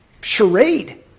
charade